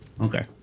Okay